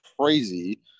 crazy